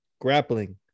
grappling